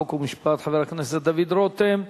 חוק ומשפט חבר הכנסת דוד רותם.